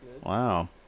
Wow